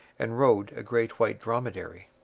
and rode a great white dromedary.